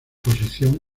posición